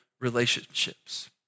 relationships